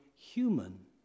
Human